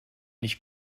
nicht